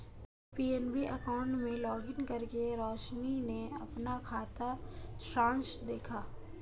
PNB account में login करके रोशनी ने अपना खाता सारांश देखा